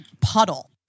puddle